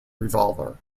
revolver